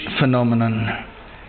phenomenon